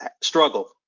struggle